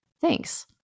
Thanks